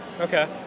Okay